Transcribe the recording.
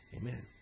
Amen